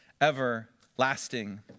everlasting